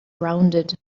rounded